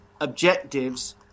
objectives